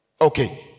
Okay